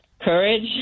courage